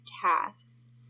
tasks